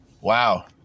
Wow